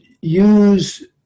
use